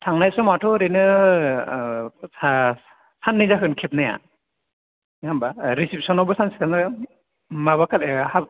थांनाय समावथ' ओरैनो सा सानै जागोन खेबनाया नाङा होनबा रिसिबसनावबो सानसेखौनो माबा खालि हाब